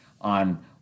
on